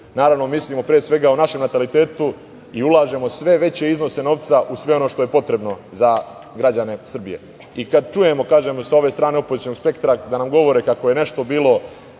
naravno mislimo pre svega o našem natalitetu i ulažemo sve veće iznose novca u sve ono što je potrebno za građane Srbije. Kada čujemo, kažem, sa ove strane opozicionog spektra, da nam govore kako je nešto bilo